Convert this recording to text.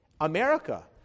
America